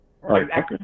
right